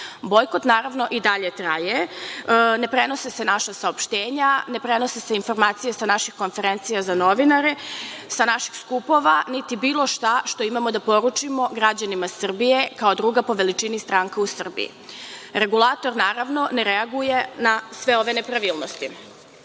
Bojkot, naravno, i dalje traje, ne prenose se naša saopštenja, ne prenose se informacije sa naših konferencija za novinare, sa naših skupova, niti bilo šta što imamo da poručimo građanima Srbije kao druga po veličini stranka u Srbiji. Regulator, naravno, ne reaguje na sve ove nepravilnosti. Kolege